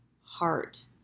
heart